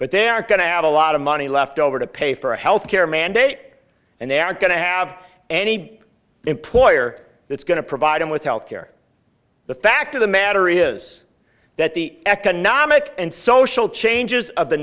but they are going to have a lot of money left over to pay for a health care mandate and they aren't going to have any employer that's going to provide them with health care the fact of the matter is that the economic and social changes of the